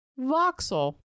Voxel